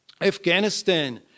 Afghanistan